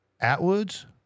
Atwoods